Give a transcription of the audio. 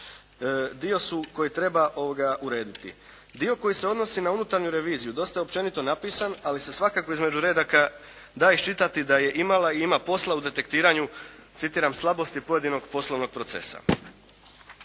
dio su koji treba urediti. Dio koji se odnosi na unutarnju reviziju dosta je općenito napisan, ali se svakako između redaka da iščitati da je imala i ima posla u detektiranju citiram: “slabosti pojedinog poslovnog procesa.“